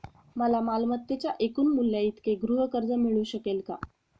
मला मालमत्तेच्या एकूण मूल्याइतके गृहकर्ज मिळू शकेल का?